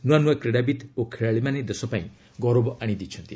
ନ୍ତୁଆ ନ୍ତୁଆ କ୍ରିଡ଼ାବିତ୍ ଓ ଖେଳାଳିମାନେ ଦେଶପାଇଁ ଗୌରବ ଆଣିଦେଇଛନ୍ତି